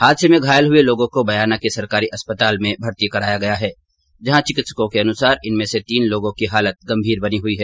हादसे में घायल हये लोगों को बयाना के सरकारी अस्पताल में भर्ती कराया गया है जहां चिकित्सकों के अनुसार इनमें से तीन लोगों की हालत गंभीर बनी हयी है